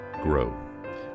grow